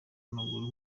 w’amaguru